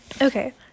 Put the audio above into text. Okay